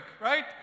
right